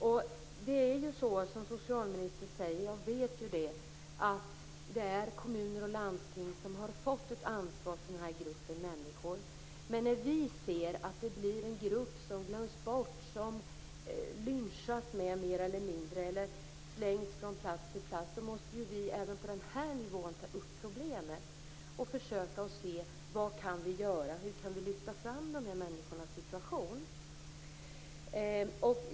Jag vet ju att det är som socialministern säger - det är kommuner och landsting som har fått ett ansvar för den här gruppen människor. Men när vi ser att den gruppen glöms bort, att den mer eller mindre nonchaleras eller slängs från plats till plats måste vi ju ta upp problemet även på den här nivån för att se vad vi kan göra och hur vi kan lyfta fram de här människornas situation.